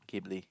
Ghibly